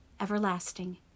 everlasting